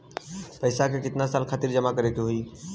पैसा के कितना साल खातिर जमा करे के होइ?